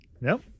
Nope